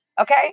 Okay